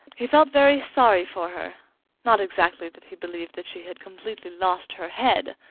he felt very sorry for her not exactly that he believed that she had completely lost her head,